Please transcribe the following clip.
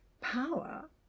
power